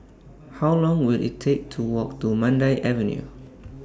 How Long Will IT Take to Walk to Mandai Avenue